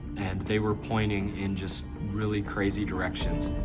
and they were pointing in just really crazy directions.